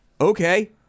Okay